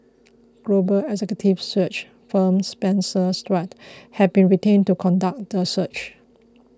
global executive search firm Spencer Stuart has been retained to conduct the search